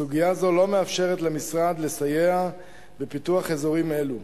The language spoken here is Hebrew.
סוגיה זו לא מאפשרת למשרד לסייע בפיתוח אזורים אלו.